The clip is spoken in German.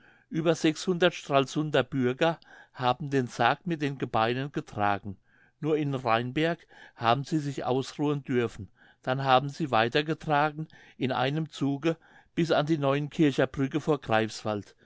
ueber sechshundert stralsunder bürger haben den sarg mit den gebeinen getragen nur in rheinberg haben sie sich ausruhen dürfen dann haben sie weiter getragen in einem zuge bis an die neuenkircher brücke vor greifswald